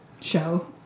Show